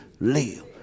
live